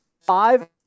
Five